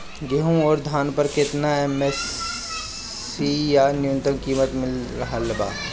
गेहूं अउर धान पर केतना एम.एफ.सी या न्यूनतम कीमत मिल रहल बा?